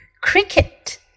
Cricket